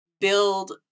build